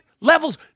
levels